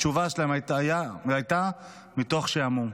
התשובה שלהם הייתה, מתוך שעמום.